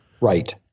Right